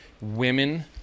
women